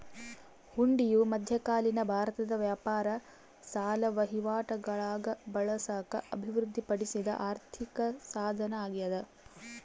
ಹುಂಡಿಯು ಮಧ್ಯಕಾಲೀನ ಭಾರತದ ವ್ಯಾಪಾರ ಸಾಲ ವಹಿವಾಟುಗುಳಾಗ ಬಳಸಾಕ ಅಭಿವೃದ್ಧಿಪಡಿಸಿದ ಆರ್ಥಿಕಸಾಧನ ಅಗ್ಯಾದ